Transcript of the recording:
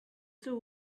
two